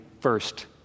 first